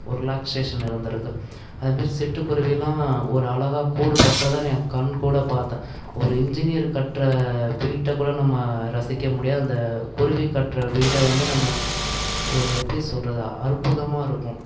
ஒரு ரிலாக்ஸ்சேஷன் இருந்து இருக்குது அதுமாரி சிட்டுக்குருவியெல்லாம் ஒரு அழகாக கூடு கட்டுறத என் கண் கூடாக பார்த்தேன் ஒரு இன்ஜினியர் கட்டுற வீட்டை கூட நம்ம ரசிக்க முடியாது அந்த குருவி கட்டுற வீடை வந்து நம்ம ஒரு எப்படி சொல்கிறது அற்புதமாக இருக்கும்